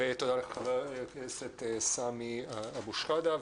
ותודה לך חבר הכנסת סמי אבו שחאדה.